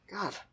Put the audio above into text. God